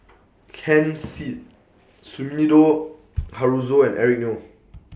Ken Seet Sumida Haruzo and Eric Neo